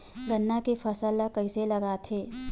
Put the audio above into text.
गन्ना के फसल ल कइसे लगाथे?